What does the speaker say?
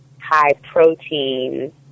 high-protein